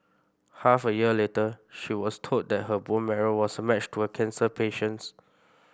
half a year later she was told that her bone marrow was a match to a cancer patient's